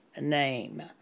name